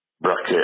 bracket